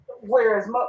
Whereas